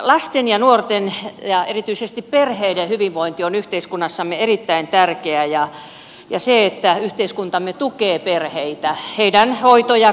lasten ja nuorten ja erityisesti perheiden hyvinvointi on yhteiskunnassamme erittäin tärkeää ja se että yhteiskuntamme tukee perheitä heidän hoito ja kasvatustehtävässään